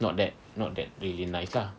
not that not that really nice lah